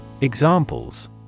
Examples